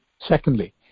Secondly